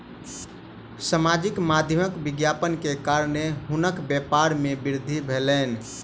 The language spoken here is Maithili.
सामाजिक माध्यमक विज्ञापन के कारणेँ हुनकर व्यापार में वृद्धि भेलैन